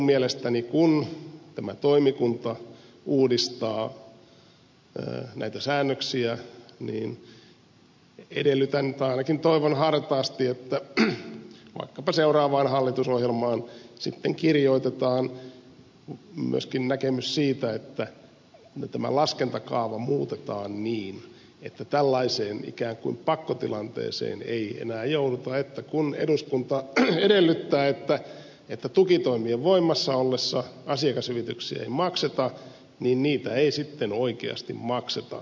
mutta kun tämä toimikunta uudistaa näitä säännöksiä niin edellytän tai ainakin toivon hartaasti että vaikkapa seuraavaan hallitusohjelmaan kirjoitetaan myöskin näkemys siitä että tämä laskentakaava muutetaan niin että tällaiseen ikään kuin pakkotilanteeseen ei enää jouduta niin että kun eduskunta edellyttää että tukitoimien voimassa ollessa asiakashyvityksiä ei makseta niin niitä ei sitten oikeasti makseta